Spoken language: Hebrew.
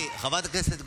חברת הכנסת גוטליב,